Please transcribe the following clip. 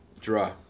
Draw